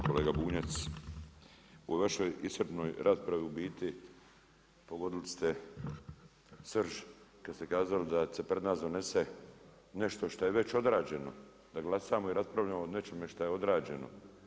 Kolega Bunjac, u vašoj iscrpnoj raspravi u biti pogodili ste srž, kad ste kazali da se pred nas donese nešto što je već odrađeno da glasujemo i raspravljamo o nećemo što je već odrađeno.